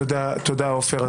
תודה עופר.